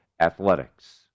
Athletics